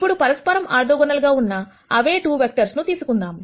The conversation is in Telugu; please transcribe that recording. ఇప్పుడు పరస్పరము ఆర్థోగోనల్ గా ఉన్న అవే 2 వెక్టర్స్ ను తీసుకుందాం